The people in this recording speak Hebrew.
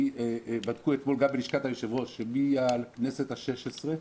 בדקו אתמול גם בלשכת היושב-ראש שמהכנסת ה-16,